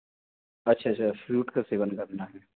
अच्छा sir fruit का सेवन करना है